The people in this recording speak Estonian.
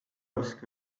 oska